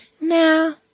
Now